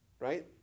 right